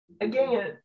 again